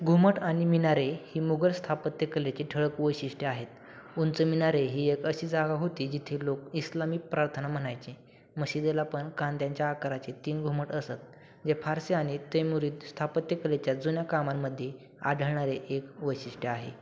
घुमट आणि मिनारे ही मुघल स्थापत्यकलेची ठळक वैशिष्ट्य आहेत उंच मिनारे ही एक अशी जागा होती जिथे लोक इस्लामिक प्रार्थना म्हणायचे मशिदीला पण कांद्याच्या आकाराचे तीन घुमट असत जे फारसी आणि तैमुरीद स्थापत्यकलेच्या जुन्या कामांमध्ये आढळणारे एक वैशिष्ट्य आहे